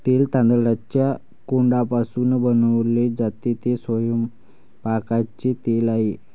तेल तांदळाच्या कोंडापासून बनवले जाते, ते स्वयंपाकाचे तेल आहे